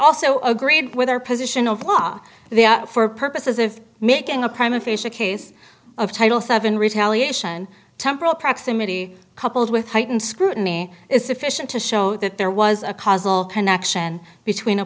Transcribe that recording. also agreed with their position of law for purposes of making a prime aphasia case of title seven retaliation temporal proximity coupled with heightened scrutiny is sufficient to show that there was a causal connection between a